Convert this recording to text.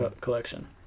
collection